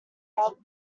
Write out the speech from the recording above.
rather